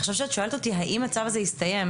עכשיו כשאת שואלת אותי אם הצו הזה הסתיים,